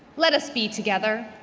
let us be together.